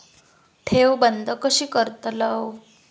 ठेव बंद कशी करतलव?